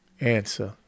answer